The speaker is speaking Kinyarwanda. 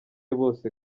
bose